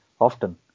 often